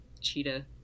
cheetah